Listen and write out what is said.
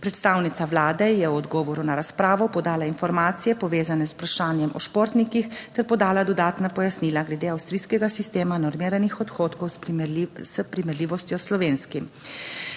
Predstavnica Vlade je v odgovoru na razpravo podala informacije povezane z vprašanjem o športnikih ter podala dodatna pojasnila glede avstrijskega sistema normiranih odhodkov s primerljivostjo slovenskim.